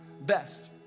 best